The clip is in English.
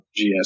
GSP